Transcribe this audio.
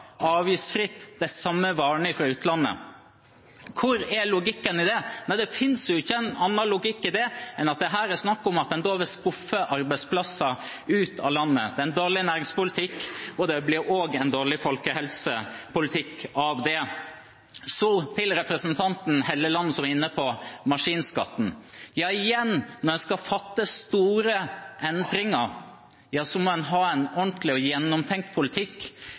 avgiftsfritt fra utlandet. Hvor er logikken i det? Det finnes ikke annen logikk i det enn at det her er snakk om at en skuffer arbeidsplasser ut av landet. Det er dårlig næringspolitikk, og det blir også dårlig folkehelsepolitikk av det. Så til representanten Helleland, som var inne på maskinskatten. Igjen: Når en skal fatte store endringer, ja, så må en ha en ordentlig og gjennomtenkt politikk,